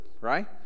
right